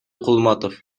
кулматов